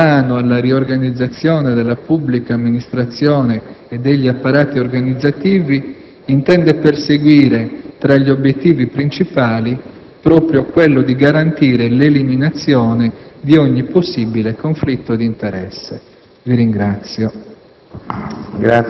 nel mettere mano alla riorganizzazione della pubblica amministrazione e degli apparati organizzativi, intende perseguire, tra gli obiettivi principali, proprio quello di garantire l'eliminazione di ogni possibile conflitto di interesse.